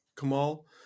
Kamal